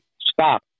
Stop